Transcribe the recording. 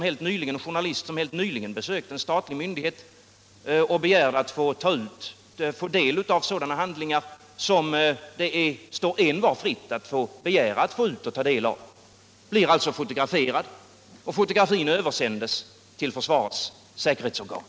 En journalist, som helt nyligen besökte en statlig myndighet och begärde att få det av sådana handlingar som det står envar fritt att begära och få del av, blir alltså fotograferad, och fotografiet översändes till försvarets säkerhetsorgan.